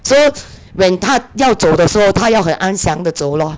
so when 她要走的时候她要很安详地走 lor